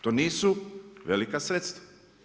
To nisu velika sredstva.